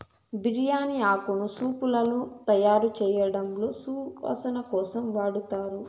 బిర్యాని ఆకును సూపులను తయారుచేయడంలో సువాసన కోసం వాడతారు